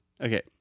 Okay